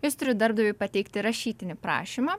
jis turi darbdaviui pateikti rašytinį prašymą